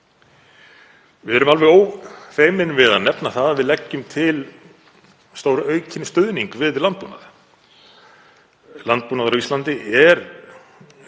Við erum alveg ófeimin við að nefna að við leggjum til stóraukinn stuðning við landbúnað. Landbúnaður á Íslandi er